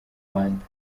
rwanda